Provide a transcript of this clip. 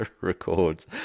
records